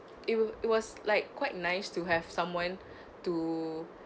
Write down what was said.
it will it was like quite nice to have someone to